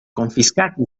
confiscati